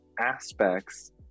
aspects